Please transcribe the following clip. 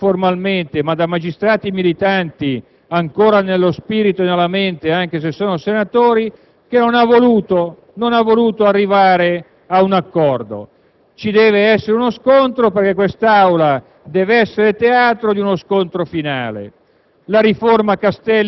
da ex magistrati - formalmente, in realtà, magistrati militanti ancora nello spirito e nella mente, anche se senatori - che non ha voluto arrivare ad un accordo. Ci deve essere uno scontro, perché quest'Aula deve essere teatro di uno scontro finale.